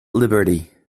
liberty